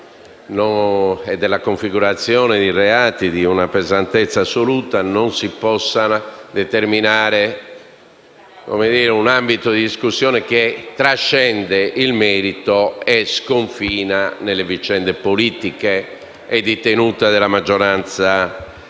e della configurazione di reati di una pesantezza assoluta, non si possa determinare un ambito di discussione che trascende il merito e sconfina nelle vicende politiche e di tenuta della maggioranza al